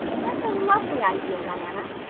that's a lovely idea, diana,